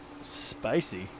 Spicy